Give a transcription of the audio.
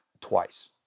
twice